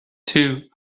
two